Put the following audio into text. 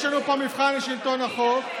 יש לנו פה מבחן לשלטון החוק.